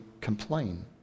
complain